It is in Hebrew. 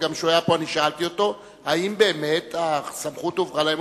וגם כשהוא היה פה שאלתי אותו אם באמת הסמכות הועברה להם,